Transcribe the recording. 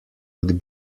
would